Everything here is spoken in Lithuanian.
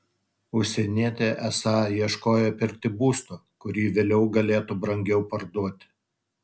užsienietė esą ieškojo pirkti būsto kurį vėliau galėtų brangiau parduoti